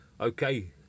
Okay